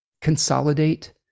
consolidate